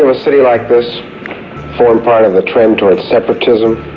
ah city like this form part of the trend towards separatism?